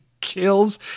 Kills